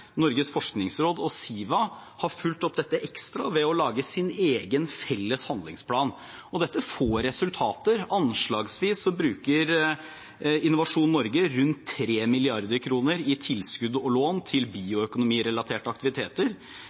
Norges forskningsråd og Siva – har fulgt opp dette ekstra ved å lage sin egen felles handlingsplan, og det får resultater. Anslagsvis bruker Innovasjon Norge rundt 3 mrd. kr i tilskudd og lån til bioøkonomirelaterte aktiviteter,